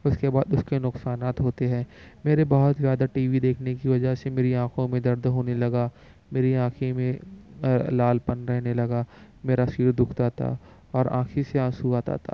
اس کے بعد اس کے نقصانات ہوتے ہیں میرے بہت زیادہ ٹی وی دیکھنے کی وجہ سے میری آنکھوں میں درد ہونے لگا میری آنکھیں میں لال پن رہنے لگا میرا سر دکھتا تھا اور آنکھیں سے آنسو آتا تھا